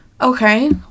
okay